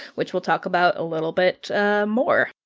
which we'll talk about a little bit more.